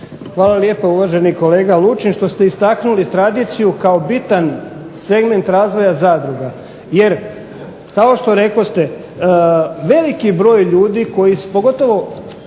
Hvala lijepo uvaženi kolega Lučin što ste istaknuli tradiciju kao bitan segment razvoja zadruga. Jer kao što rekoste veliki je broj ljudi koji pogotovo